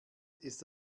ist